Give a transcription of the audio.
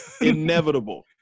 inevitable